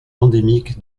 endémique